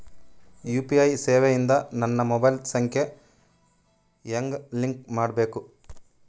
UPI ಸೇವೆ ಇಂದ ನನ್ನ ಮೊಬೈಲ್ ಸಂಖ್ಯೆ ಹೆಂಗ್ ಲಿಂಕ್ ಮಾಡಬೇಕು?